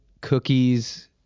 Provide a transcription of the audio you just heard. cookies